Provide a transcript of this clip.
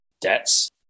debts